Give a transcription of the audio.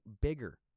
bigger